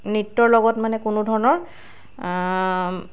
নৃত্যৰ লগত মানে কোনো ধৰণৰ